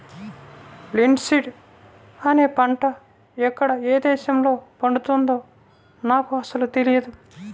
linseed అనే పంట ఎక్కడ ఏ దేశంలో పండుతుందో నాకు అసలు తెలియదు